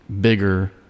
bigger